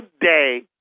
day